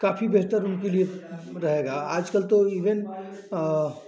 काफ़ी बेहतर उनके लिए रहेगा आजकल तो इवेन